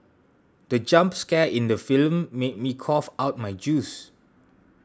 the jump scare in the film made me cough out my juice